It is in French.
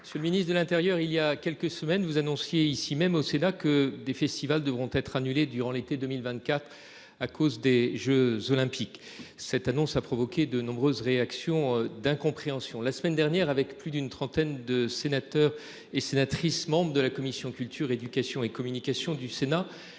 C'est le ministre de l'Intérieur, il y a quelques semaines, vous annonciez ici même au Sénat que des festivals devront être annulés durant l'été 2024 à cause des jeux olympiques. Cette annonce a provoqué de nombreuses réactions d'incompréhension. La semaine dernière avec plus d'une trentaine de sénateurs et sénatrices, membre de la commission culture, éducation et communication du Sénat,